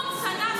כלום.